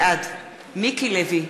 בעד מיקי לוי,